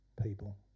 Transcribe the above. people